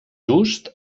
just